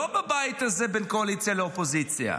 לא בבית הזה, בין קואליציה לאופוזיציה,